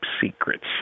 secrets